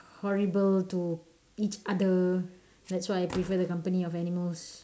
horrible to each other that's why I prefer the company of animals